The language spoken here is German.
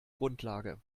grundlage